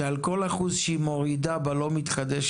שעל כל אחוז שהיא מורידה במתחדשת,